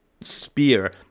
spear